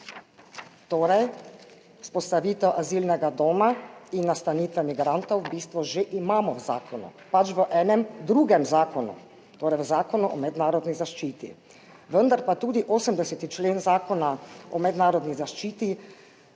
Torej, vzpostavitev azilnega doma in nastanitve migrantov v bistvu že imamo v zakonu, pač v enem drugem zakonu, torej v Zakonu o mednarodni zaščiti, vendar pa tudi 80. člen Zakona o mednarodni zaščiti,